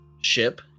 ship